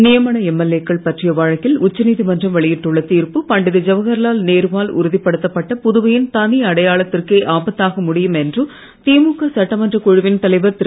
நியமன எம்எல்ஏ க்கள் பற்றிய வழக்கில் உச்ச நீதிமன்றம் வெளியிட்டுள்ள தீர்ப்பு பண்டித நேருவால் உறுதிப்படுத்தப்பட்ட புதுவையின் தனி அடையாளத்திற்கே ஆபத்தாக முடியும் என்று திமுக சட்டமன்றக் குழுவின் தலைவர் திரு